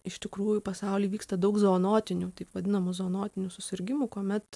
iš tikrųjų pasauly vyksta daug zoonotinių taip vadinamų zoonotinių susirgimų kuomet